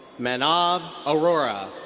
manav arora.